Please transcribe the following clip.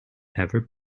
ever